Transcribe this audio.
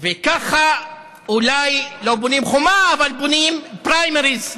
וככה אולי לא בונים חומה, אבל בונים פריימריז.